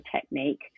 technique